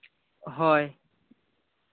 ᱦᱳᱭ